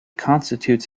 constitutes